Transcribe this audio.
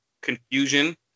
confusion